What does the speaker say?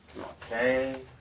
Okay